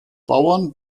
bauern